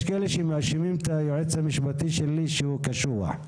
יש כאלה שמאשימים את היועץ המשפטי שלי שהוא קשוח,